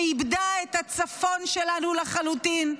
שאיבדה את הצפון שלנו לחלוטין,